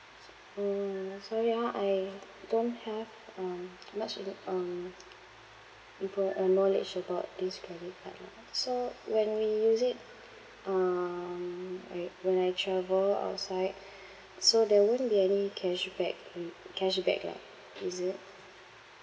so~ mm sorry ah I don't have um much uh the um repo~ uh knowledge about this credit card lah so when we use it um all right when I travel outside so there wouldn't be any cashback mm cashback lah is it